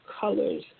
colors